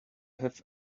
have